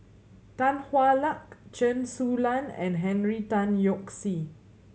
Tan Hwa Luck Chen Su Lan and Henry Tan Yoke See